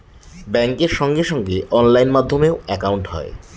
ব্যাঙ্কের সঙ্গে সঙ্গে অনলাইন মাধ্যমে একাউন্ট হয়